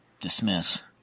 dismiss